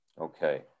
Okay